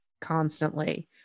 constantly